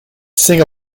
sing